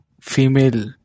female